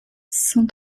cent